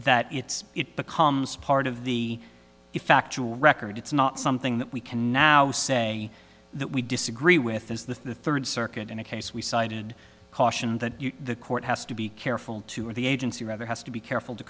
that it's it becomes part of the the factual record it's not something that we can now say that we disagree with is the third circuit in a case we cited caution that the court has to be careful to or the agency rather has to be careful to